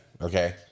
Okay